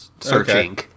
Searching